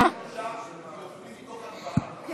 זה